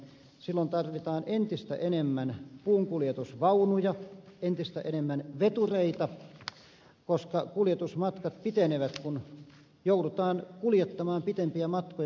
silloin tarvitaan entistä enemmän puunkuljetusvaunuja entistä enemmän vetureita koska kuljetusmatkat pitenevät kun joudutaan kuljettamaan pitempiä matkoja